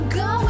go